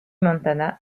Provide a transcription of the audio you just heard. montana